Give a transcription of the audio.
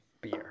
beer